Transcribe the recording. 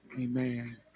Amen